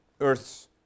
Earth's